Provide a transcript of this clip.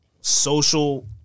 social